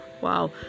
Wow